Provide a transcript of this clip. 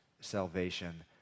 salvation